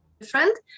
different